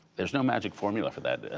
there is no magic formula for that.